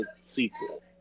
sequel